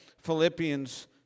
Philippians